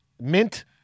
Mint